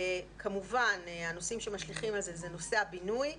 כמובן הנושאים שמשליכים על כך זה נושא הבינוי.